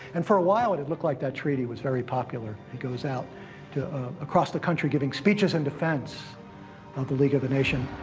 and for a while it it looked like that treaty was very popular. he goes out across the country giving speeches in defense of the league of the nation.